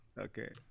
Okay